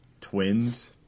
twins